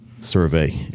survey